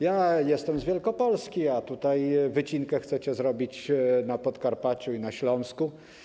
Jestem z Wielkopolski, a wycinkę chcecie zrobić na Podkarpaciu i na Śląsku.